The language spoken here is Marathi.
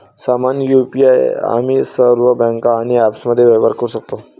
समान यु.पी.आई आम्ही सर्व बँका आणि ॲप्समध्ये व्यवहार करू शकतो